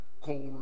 cold